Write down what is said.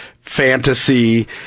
fantasy